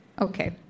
Okay